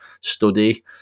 study